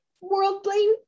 worldly